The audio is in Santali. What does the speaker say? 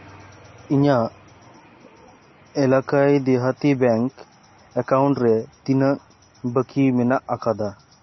ᱤᱧᱟᱹᱜ ᱮᱞᱟᱠᱟᱭ ᱫᱤᱦᱟᱛᱤ ᱵᱮᱝᱠ ᱮᱠᱟᱣᱩᱱᱴ ᱨᱮ ᱛᱤᱱᱟᱹᱜ ᱵᱟᱹᱠᱤ ᱢᱮᱱᱟᱜ ᱟᱠᱟᱫᱟ